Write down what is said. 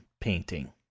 painting